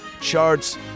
charts